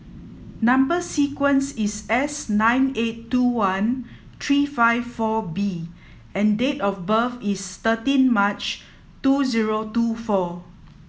number sequence is S nine eight two one three five four B and date of birth is thirteen March two zero two four